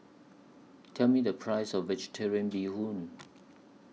Tell Me The Price of Vegetarian Bee Hoon